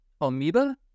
amoeba